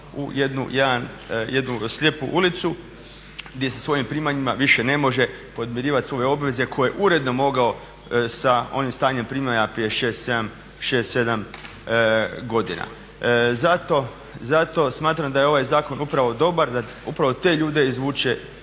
u jednu slijepu ulicu gdje sa svojim primanjima više ne može podmirivati svoje obveze koje je uredno mogao sa onim stanjem primanja prije 6, 7 godina. Zato smatram da je ovaj zakon upravo dobar da upravo te ljude izvuče